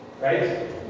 right